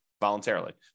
voluntarily